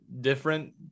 different